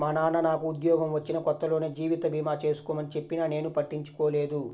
మా నాన్న నాకు ఉద్యోగం వచ్చిన కొత్తలోనే జీవిత భీమా చేసుకోమని చెప్పినా నేను పట్టించుకోలేదు